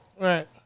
Right